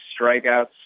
strikeouts